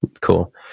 Cool